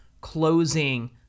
closing